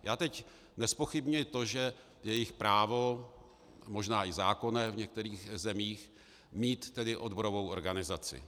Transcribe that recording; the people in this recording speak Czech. Já teď nezpochybňuji to, že je jejich právo, možná i zákonné v některých zemích, mít odborovou organizaci.